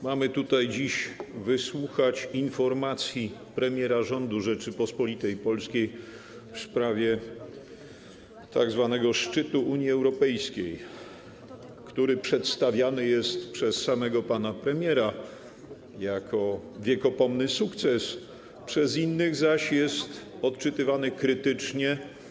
Mamy tutaj dziś wysłuchać informacji premiera rządu Rzeczypospolitej Polskiej w sprawie tzw. szczytu Unii Europejskiej, który przedstawiany jest przez samego pana premiera jako wiekopomny sukces, przez innych zaś jest odczytywany krytycznie.